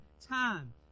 time